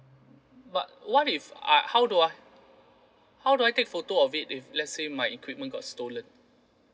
but what if I how do I how do I take photo of it if let's say my equipment got stolen